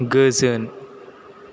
गोजोन